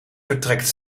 vertrekt